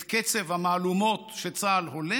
את קצב המהלומות שצה"ל הולם,